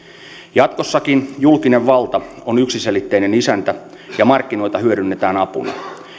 jatkossakin julkinen valta on yksiselitteinen isäntä ja markkinoita hyödynnetään apuna